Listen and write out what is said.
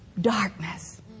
darkness